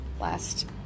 last